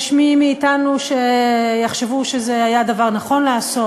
יש מי מאתנו שיחשבו שזה היה דבר נכון לעשות,